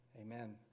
Amen